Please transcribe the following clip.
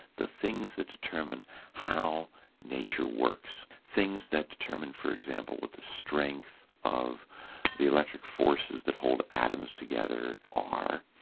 the things that determine how nature works, things that determine, for example, what the strength of the electric forces that hold atoms together are.